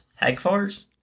Hagfors